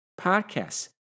podcasts